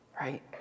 right